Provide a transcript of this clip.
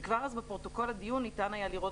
וכבר אז בפרוטוקול הדיון ניתן היה לראות